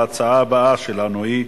ההצעה הבאה שלנו היא: